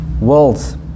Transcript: worlds